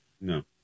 No